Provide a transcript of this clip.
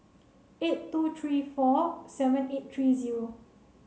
eight two three four seven eight three zero